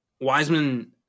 Wiseman